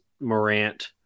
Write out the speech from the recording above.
Morant